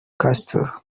castro